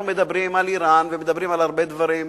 אנחנו מדברים על אירן ועל הרבה דברים,